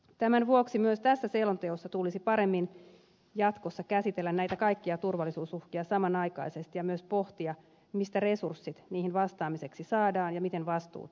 tämän vuoksi myös tässä selonteossa tulisi paremmin jatkossa käsitellä näitä kaikkia turvallisuusuhkia samanaikaisesti ja myös pohtia mistä resurssit niihin vastaamiseksi saadaan ja miten vastuut jaetaan